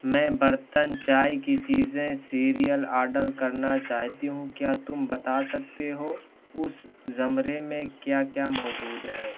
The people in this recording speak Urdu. میں برتن چائے کی چیزیں سیریئل آڈر کرنا چاہتی ہوں کیا تم بتا سکتے ہو اس زمرے میں کیا کیا موجود ہے